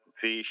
fish